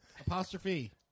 Apostrophe